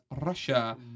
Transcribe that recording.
Russia